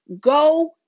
go